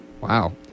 Wow